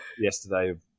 yesterday